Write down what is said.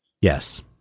Yes